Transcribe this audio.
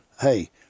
hey